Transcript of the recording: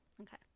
Okay